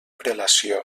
prelació